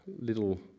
little